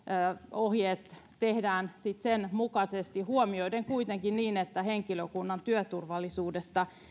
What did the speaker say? ohjeet tehdään sen mukaisesti huomioiden kuitenkin että henkilökunnan työturvallisuudesta